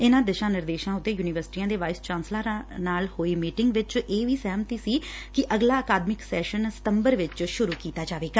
ਇਨੂਾਂ ਦਿਸ਼ਾ ਨਿਰਦੇਸ਼ਾਂ ਉੱਤੇ ਯੁਨੀਵਰਸਿਟੀਆਂ ਦੇ ਵਾਈਸ ਚਾਂਸਲਰਾਂ ਨਾਲ ਹੋਈ ਮੀਟਿੰਗ ਵਿਚ ਇਹ ਵੀ ਸਹਿਮਤੀ ਸੀ ਕਿ ਅਗਲਾ ਅਕਾਦਮਿਕ ਸੈਸ਼ਨ ਸਤੰਬਰ ਵਿਚ ਸ਼ੁਰ ਕੀਤਾ ਜਾਵੇਗਾ